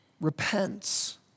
repents